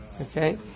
Okay